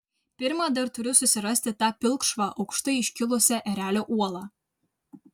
pirma dar turiu susirasti tą pilkšvą aukštai iškilusią erelio uolą